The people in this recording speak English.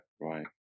Right